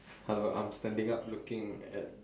hello I'm standing up looking at